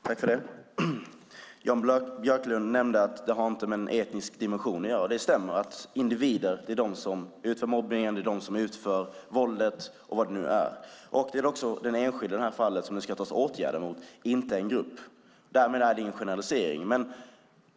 Fru talman! Jan Björklund sade att detta inte har med den etniska dimensionen att göra. Det stämmer att det är individer som utför mobbningen, att det är individer som utövar våld och vad det nu är. Det är också mot den enskilde, som i det här fallet, det ska vidtas åtgärder, inte mot en grupp. Därmed är det ingen generalisering.